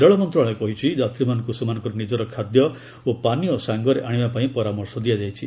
ରେଳ ମନ୍ତ୍ରଣାଳୟ କହିଛି ଯାତ୍ରୀମାନଙ୍କୁ ସେମାନଙ୍କର ନିଜର ଖାଦ୍ୟ ଓ ପାନୀୟ ସାଙ୍ଗରେ ଆଣିବା ପାଇଁ ପରାମର୍ଶ ଦିଆଯାଇଛି